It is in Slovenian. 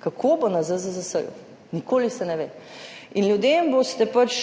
kako bo na ZZZS. Nikoli se ne ve. Ljudem boste pač